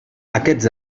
aquests